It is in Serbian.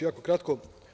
Jako ću kratko.